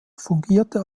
fungierte